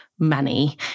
money